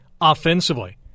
offensively